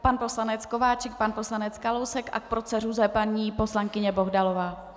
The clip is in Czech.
Pan poslanec Kováčik, pan poslanec Kalousek a k proceduře paní poslankyně Bohdalová.